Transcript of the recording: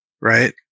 right